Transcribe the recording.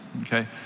okay